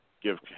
give